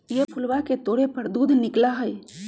ई फूलवा के तोड़े पर दूध निकला हई